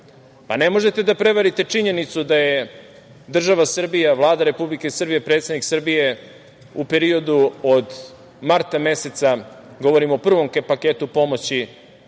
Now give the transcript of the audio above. Ne možete da prevarite činjenicu da je država Srbija, Vlada Republike Srbije, predsednik Srbije u periodu od marta meseca, govorim o prvom paketu pomoći